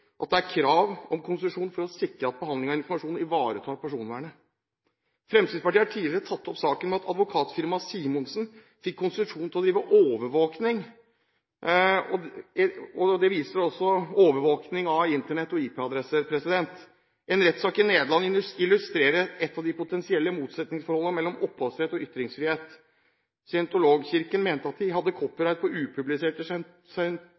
at det er krav om konsesjon for å sikre at behandlingen av informasjon ivaretar personvernet. Fremskrittspartiet har tidligere tatt opp saken med at advokatfirmaet Simonsen fikk konsesjon til å drive med overvåking av Internett og IP-adresser. En rettssak i Nederland illustrerer ett av de potensielle motsetningsforholdene mellom opphavsrett og ytringsfrihet. Scientologikirken mente at de hadde